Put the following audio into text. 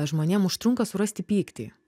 žmonėm užtrunka surasti pyktį